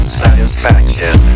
satisfaction